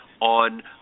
on